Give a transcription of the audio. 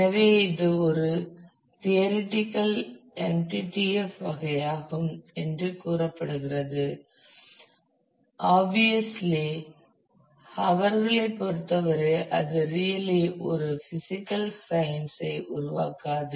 எனவே இது ஒரு தீயரிட்டிக்கல் எம்டிடிஎஃப் வகையாகும் என்று கூறப்படும் ஆப்வியெஸ்லி ஹவர் களைப் பொறுத்தவரை அது ரியலி ஒரு பிசிக்கல் சயின்ஸ் ஐ உருவாக்காது